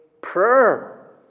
prayer